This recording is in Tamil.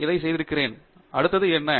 நான் இதைச் செய்திருக்கிறேன் அடுத்தது என்ன